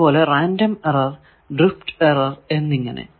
അതുപോലെ random error drift error എന്നിങ്ങനെ